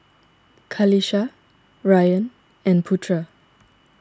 Qalisha Ryan and Putra